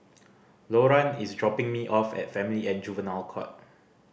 Loran is dropping me off at Family and Juvenile Court